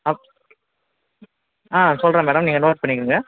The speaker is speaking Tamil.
ஆ ஆ சொல்கிறேன் மேடம் நீங்கள் நோட் பண்ணிக்கோங்க